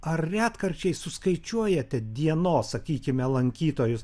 ar retkarčiais suskaičiuojate dienos sakykime lankytojus